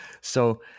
So-